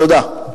תודה.